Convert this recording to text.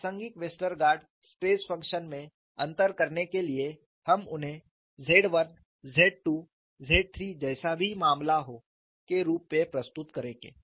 प्रासंगिक Westergaard stress function में अंतर करने के लिए हम उन्हें Z 1 Z 2 Z 3 जैसा भी मामला हो के रूप में प्रस्तुत करेंगे